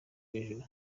hejuru